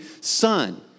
son